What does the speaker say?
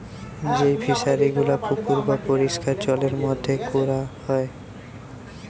যেই ফিশারি গুলা পুকুর বা পরিষ্কার জলের মধ্যে কোরা হয়